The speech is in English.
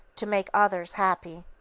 to make others happy.